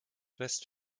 west